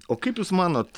o kaip jūs manot